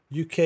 UK